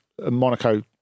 Monaco